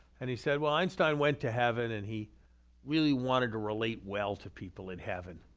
and he said, well, einstein went to heaven and he really wanted to relate well to people in heaven,